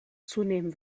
zunehmen